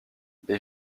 les